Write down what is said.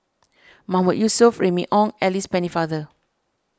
Mahmood Yusof Remy Ong and Alice Pennefather